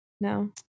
no